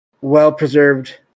well-preserved